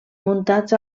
muntats